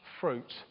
fruit